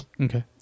Okay